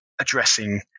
addressing